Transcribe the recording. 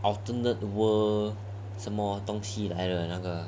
alternate world 什么东西来的那个